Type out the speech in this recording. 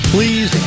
Please